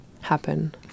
happen